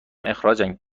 اخراجم